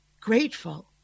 grateful